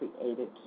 created